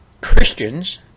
Christians